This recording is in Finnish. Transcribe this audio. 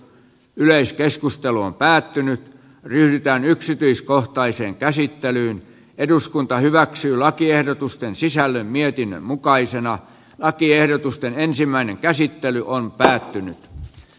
yleiskeskustelu on päätynyt ryhdytään yksityiskohtaiseen käsittelyyn eduskunta hyväksyy lakiehdotusten sisällön mietinnön mukaisena lakiehdotusten ensimmäinen käsittely on päättynyt